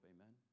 Amen